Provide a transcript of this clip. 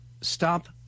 stop